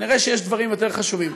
כנראה יש דברים יותר חשובים.